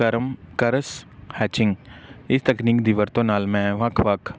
ਕਰਮ ਕਰ ਸਕੈਚਿੰਗ ਇਸ ਤਕਨੀਕ ਦੀ ਵਰਤੋਂ ਨਾਲ ਮੈਂ ਵੱਖ ਵੱਖ